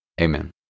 Amen